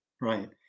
Right